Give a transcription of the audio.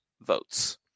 votes